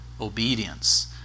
obedience